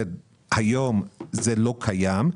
היום זה לא קיים.